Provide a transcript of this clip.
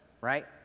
right